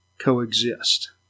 coexist